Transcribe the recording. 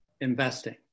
investing